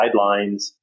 guidelines